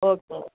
okay